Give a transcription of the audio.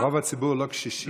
רוב הציבור לא קשישים.